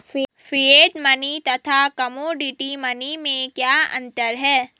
Fiat money तथा commodity money में क्या अंतर है?